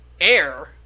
air